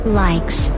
likes